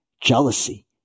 Jealousy